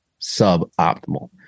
suboptimal